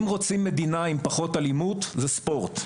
אם רוצים מדינה עם פחות אלימות, זה ספורט.